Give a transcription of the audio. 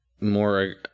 more